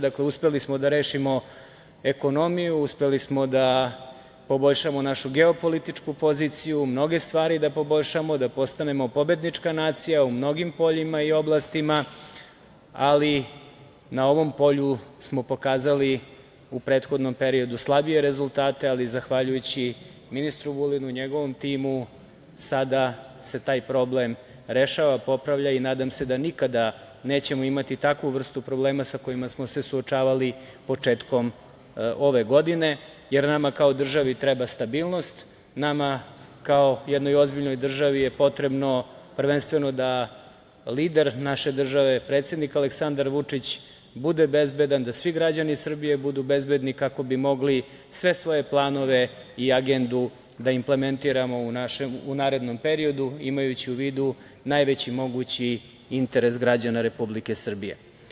Dakle, uspeli smo da rešimo ekonomiju, uspeli smo da poboljšamo našu geopolitičku poziciju, mnoge stvari da poboljšamo, da postanemo pobednička nacija u mnogim poljima i oblastima, ali na ovom polju smo pokazali u prethodnom periodu slabije rezultate, ali zahvaljujući ministru Vulinu i njegovom timu sada se taj problem rešava, popravlja i nadam se da nikada nećemo imati takvu vrstu problema sa kojima smo se suočavali početkom ove godine, jer nama kao državi treba stabilnost, nama kao jednoj ozbiljnoj državi je potrebno prvenstveno da lider naše države, predsednik Aleksandar Vučić, bude bezbedan, da svi građani Srbije budu bezbedni kako bi mogli sve svoje planove i agendu da implementiramo u narednom periodu, imajući u vidu najveći mogući interes građana Republike Srbije.